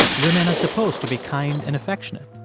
women are supposed to be kind and affectionate.